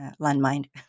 landmine